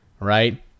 right